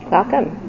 Welcome